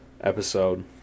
episode